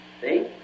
See